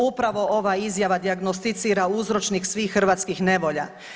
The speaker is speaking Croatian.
Upravo ova izjava dijagnosticira uzročnik svih hrvatskih nevolja.